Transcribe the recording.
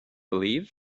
believe